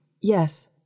yes